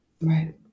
Right